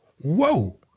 Whoa